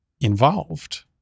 involved